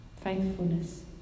faithfulness